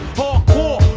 hardcore